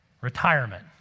retirement